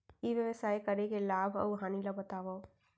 ई व्यवसाय करे के लाभ अऊ हानि ला बतावव?